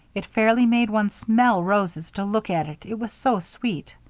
it fairly made one smell roses to look at it, it was so sweet.